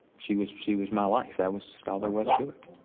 she was she was my life, that was just all there was to it.